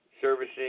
servicing